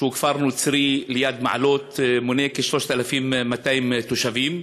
שהוא כפר נוצרי ליד מעלות, המונה כ-3,200 תושבים.